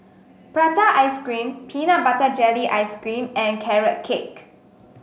Prata Ice Cream Peanut Butter Jelly Ice cream and Carrot Cake